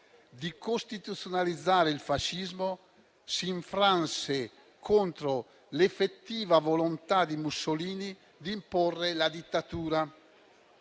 di costituzionalizzare il fascismo si infranse contro l'effettiva volontà di Mussolini di imporre la dittatura.